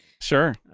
Sure